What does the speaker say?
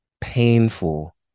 painful